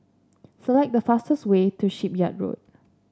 select the fastest way to Shipyard Road